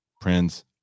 Prince